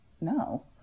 no